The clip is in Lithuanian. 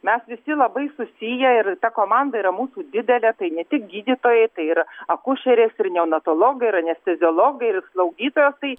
mes visi labai susiję ir ta komanda yra mūsų didelė tai ne tik gydytojai tai ir akušerės ir neonatologai ir anesteziologai ir slaugytojos tai